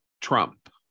Trump